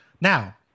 Now